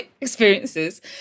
experiences